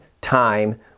time